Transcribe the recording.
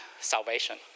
salvation